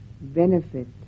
benefit